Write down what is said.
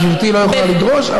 גברתי לא יכולה לדרוש,